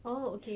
oh okay